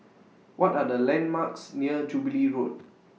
What Are The landmarks near Jubilee Road